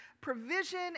provision